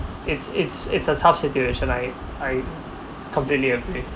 it's it's it's a tough situation I I completely agree